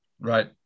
Right